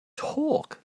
talk